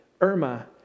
Irma